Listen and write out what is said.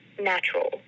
natural